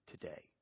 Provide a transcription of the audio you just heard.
today